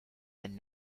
and